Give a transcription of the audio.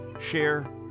share